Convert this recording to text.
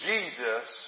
Jesus